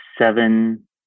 seven